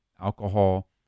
alcohol